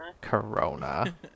Corona